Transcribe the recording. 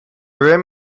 rim